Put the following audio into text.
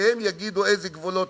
שהם יגידו איפה הגבולות?